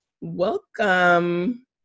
Welcome